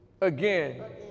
again